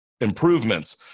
improvements